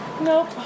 Nope